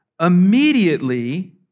immediately